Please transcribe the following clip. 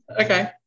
Okay